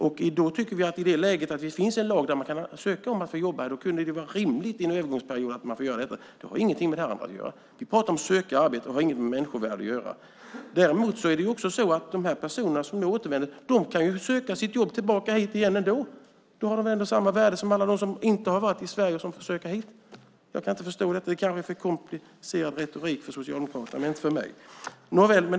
Vi tycker att det i det läget, om det finns en lag om att man kan söka jobb här, kunde vara rimligt att man får göra detta under en övergångsperiod. Det har ingenting med det andra att göra. Vi pratar om att söka arbete. Det har ingenting med människovärde att göra. Däremot kan de personer som nu återvänder söka sig tillbaka hit till ett jobb igen. Då har de ändå samma värde som alla dem som inte har varit i Sverige och som får söka hit. Jag kan inte förstå detta. Det är kanske för komplicerad retorik för Socialdemokraterna men inte för mig.